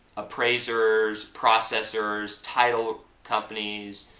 appraisers, processors, title companies.